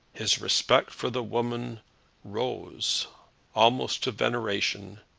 his respect for the woman rose almost to veneration,